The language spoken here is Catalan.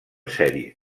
sèrie